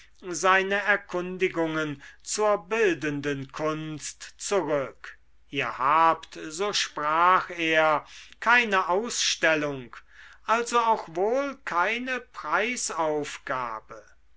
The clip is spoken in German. seine erkundigungen zur bildenden kunst zurück ihr habt so sprach er keine ausstellung also auch wohl keine